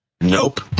Nope